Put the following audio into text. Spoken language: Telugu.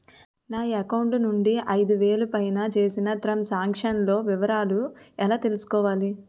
నా అకౌంట్ నుండి ఐదు వేలు పైన చేసిన త్రం సాంక్షన్ లో వివరాలు ఎలా తెలుసుకోవాలి?